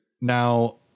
Now